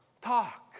Talk